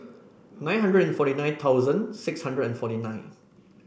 nine hundred and forty nine thousand six hundred and forty nine